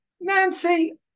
Nancy